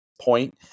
point